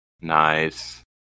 Nice